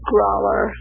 Grawler